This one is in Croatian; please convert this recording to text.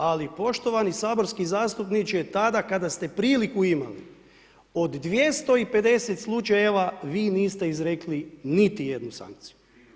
Ali poštovani saborski zastupniče tada kada ste priliku imali od 250 slučajeva vi niste izrekli niti jednu sankciju.